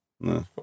No